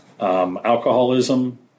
Alcoholism